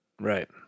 right